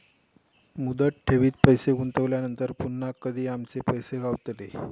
मुदत ठेवीत पैसे गुंतवल्यानंतर पुन्हा कधी आमचे पैसे गावतले?